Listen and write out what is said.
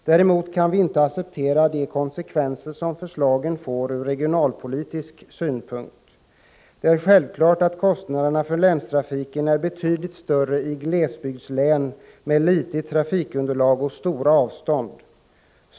Däremot kan vi inte acceptera de konsekvenser förslagen får ur regionalpolitisk synpunkt. Det är självklart att kostnaderna för länstrafiken är betydligt större i ett glesbygdslän med litet trafikunderlag och stora avstånd.